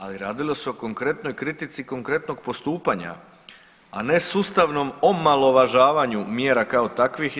Ali radilo se o konkretnoj kritici konkretnog postupanja a ne sustavnom omalovažavanju mjera kao takvih i to.